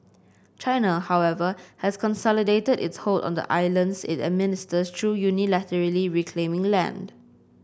China however has consolidated its hold on the islands it administers through unilaterally reclaiming land